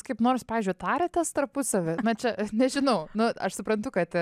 kaip nors pavyzdžiui tariatės tarpusavy na čia nežinau nu aš suprantu kad